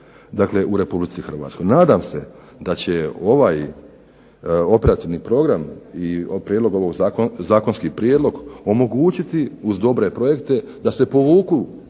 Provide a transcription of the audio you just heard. dakle u RH. Nadam se da će ovaj operativni program i zakonski prijedlog omogućiti uz dobre projekte da se povuku